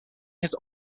his